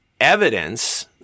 evidence